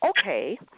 okay